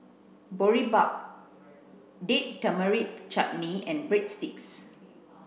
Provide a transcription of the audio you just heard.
Boribap Date Tamarind Chutney and Breadsticks